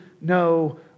no